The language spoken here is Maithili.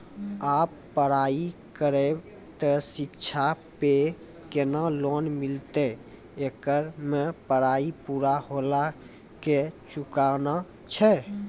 आप पराई करेव ते शिक्षा पे केना लोन मिलते येकर मे पराई पुरा होला के चुकाना छै?